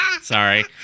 Sorry